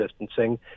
distancing